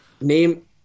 name